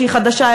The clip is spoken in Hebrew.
שהיא חדשה,